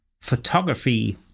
photography